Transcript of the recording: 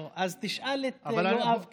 לא, אז תשאל את יואב קיש.